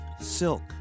silk